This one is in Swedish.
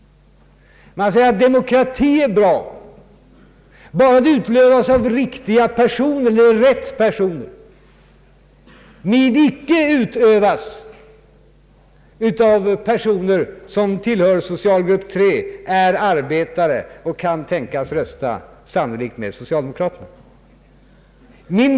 Folkpartiet menar att demokrati är bra, bara den utövas av de rätta personerna och icke av personer som tillhör socialgrupp 3, är arbetare och sannolikt kan tänkas rösta med socialdemokraterna.